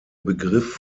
begriff